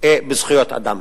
זכויות אדם.